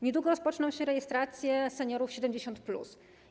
Niedługo rozpoczną się rejestracje seniorów 70+.